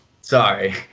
sorry